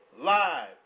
live